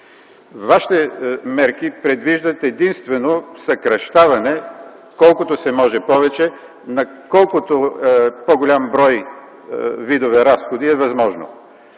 Вашите мерки предвиждат единствено съкращаване колкото се може повече на колкото се може по-голям брой видове разходи. И това